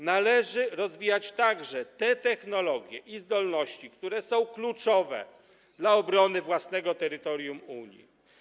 Należy rozwijać także te technologie i zdolności, które są kluczowe dla obrony własnego terytorium Unii.